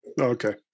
Okay